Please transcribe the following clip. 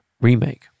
remake